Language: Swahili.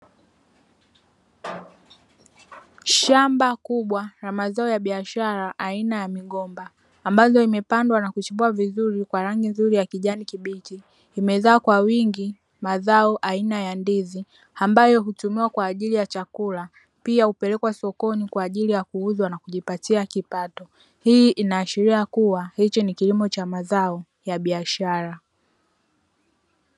Shamba kubwa la mazao ya biashara aina ya migomba ambazo zimepandwa na kichipua vizuri kwa rangi ya kijani kibichi, imezaa kwa wingi mazao aina ya ndizi ambayo hutumiwa kwa ajili ya chakula. Pia hupelekwa sokoni kwa ajili ya kuuzwa na kujipatia kipato. Hii inaashiria kuwa hichi ni kilimo cha mazao ya biashara.